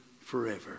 forever